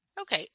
Okay